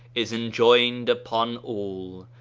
is enjoined upon all,